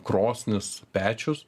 krosnis pečius